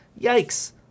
Yikes